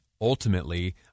ultimately